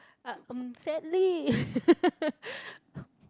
sadly